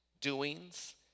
doings